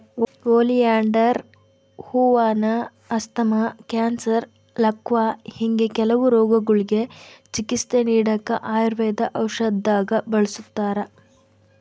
oleander ಹೂವಾನ asthma, cancer, ಲಕ್ವಾ ಹಿಂಗೆ ಕೆಲವು ರೋಗಗುಳ್ಗೆ ಚಿಕಿತ್ಸೆ ನೀಡಾಕ ಆಯುರ್ವೇದ ಔಷದ್ದಾಗ ಬಳುಸ್ತಾರ